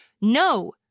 No